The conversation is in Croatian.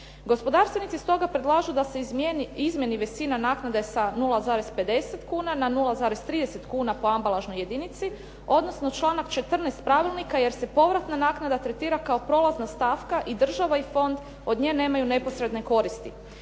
Gospodarstvenici stoga predlažu izmijeni visina naknade sa 0,50 kuna na 0,30 kuna po ambalažnoj jedinici, odnosno članak 14. Pravilnika: "… jer se povratna naknada tretira kao prolazna stavka i država i fond od nje nemaju neposredne koristi."